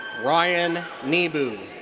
ryan nibu.